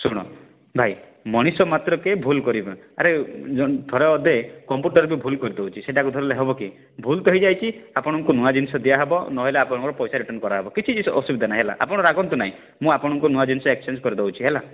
ଶୁଣ ଭାଇ ମଣିଷ ମାତ୍ରେ କେ ଭୁଲ୍ କରିବା ଆରେ ଧର ଏବେ କମ୍ପ୍ୟୁଟର୍ ବି ଭୁଲ୍ କରି ଦେଉଛି ସେଇଟାକୁ ଧରିଲେ ହବ କି ଭୁଲ ତ ହେଇଯାଇଛି ଆପଣଙ୍କୁ ନୂଆ ଜିନିଷ ଦିଆ ହବ ନ ହେଲେ ଆପଣଙ୍କ ପଇସା ଫେରା ହବ କିଛି ଅସୁବିଧା ନାଇ ହୋଲା ଆପଣ ରାଗନ୍ତୁ ନାହିଁ ମୁଁ ଆପଣଙ୍କ ନୂଆ ଜିନିଷ ଏକ୍ସଚେଞ୍ଜ କରି ଦେଉଛି ହେଲା